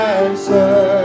answer